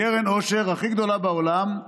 קרן העושר הכי גדולה בעולם.